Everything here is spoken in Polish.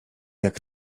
jak